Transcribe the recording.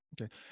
Okay